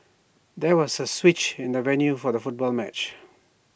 there was A switch in the venue for the football match